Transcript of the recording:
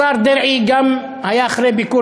השר דרעי גם היה אחרי ביקור